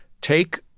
take